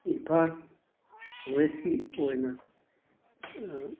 ꯏꯝꯐꯥꯜ ꯋꯦꯁꯀꯤ ꯑꯣꯏꯅ